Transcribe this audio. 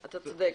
אתה צודק.